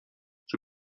czy